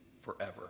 forever